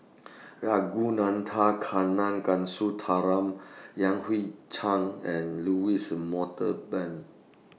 Ragunathar Kanagasuntheram Yan Hui Chang and Louis